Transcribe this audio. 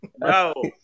No